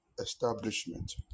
establishment